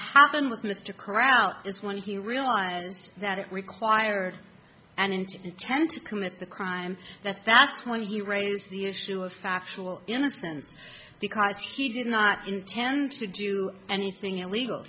happened with mr corral is when he realized that it required and intent to commit the crime that that's when he raised the issue of actual innocence because he did not intend to do anything illegal